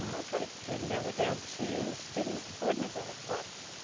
um okay, and now we're down to student board member reports.